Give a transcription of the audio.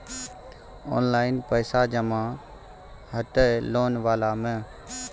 Online पैसा जमा हते लोन वाला में?